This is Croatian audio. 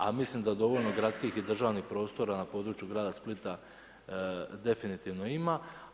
A mislim da dovoljno gradskih i državnih prostora na području grada Splita definitivno ima.